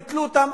ביטלו אותם,